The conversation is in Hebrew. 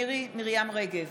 מירי מרים רגב,